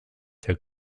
their